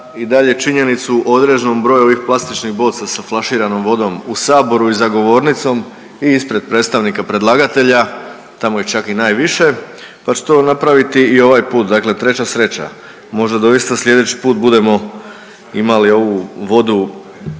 i dalje činjenicu o određenom broju ovih plastičnih boca sa flaširanom vodom u saboru i za govornicom i ispred predstavnika predlagatelja, tamo čak i najviše, pa ću to napraviti i ovaj put, dakle treća sreća, možda doista slijedeći put budemo imali ovu vodu